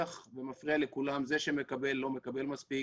ומפריע לכולם כי זה שמקבל לא מקבל מספיק,